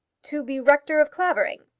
to be rector of clavering?